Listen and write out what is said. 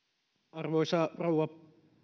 arvoisa rouva